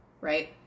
Right